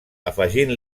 afegint